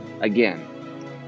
again